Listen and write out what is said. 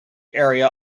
area